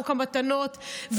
חוק המתנות,